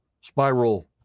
spiral